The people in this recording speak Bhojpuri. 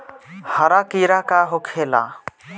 हरा कीड़ा का होखे ला?